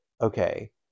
okay